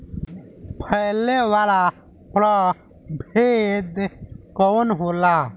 फैले वाला प्रभेद कौन होला?